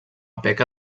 peca